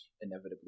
inevitably